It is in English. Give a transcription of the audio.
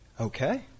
okay